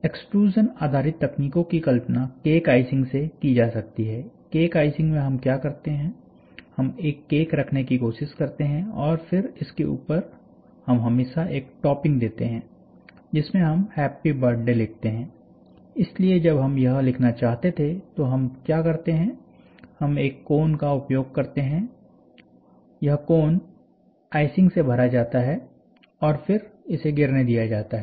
एक्सट्रूज़नआधारित तकनीकों की कल्पना केक आइसिंग से की जा सकती है केक आइसिंग में हम क्या करते हैं हम एक केक रखने की कोशिश करते हैं और फिर इसके ऊपर हम हमेशा एक टॉपिंग देते हैं जिसमें हम हैप्पी बर्थडे लिखते हैं इसलिए जब हम यह लिखना चाहते थे तो हम क्या करते हैं हम एक कोन का उपयोग करते हैं यह कोन आइसिंग से भरा जाता है और फिर इसे गिरने दिया जाता है